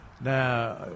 Now